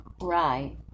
right